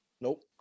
Nope